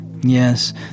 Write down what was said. yes